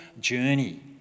journey